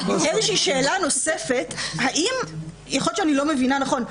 שאלה נוספת, ויכול להיות שאני לא מבינה נכון.